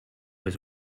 was